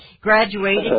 Graduated